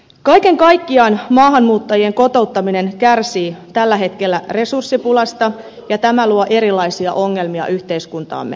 kaiken kaikkiaan maahanmuuttajien kotouttaminen kärsii tällä hetkellä resurssipulasta ja tämä luo erilaisia ongelmia yhteiskuntaamme